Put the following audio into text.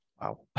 Wow